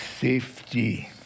safety